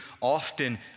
often